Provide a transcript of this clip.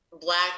Black